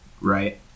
right